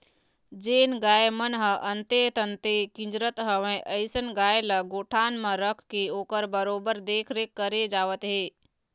जेन गाय मन ह अंते तंते गिजरत हवय अइसन गाय ल गौठान म रखके ओखर बरोबर देखरेख करे जावत हे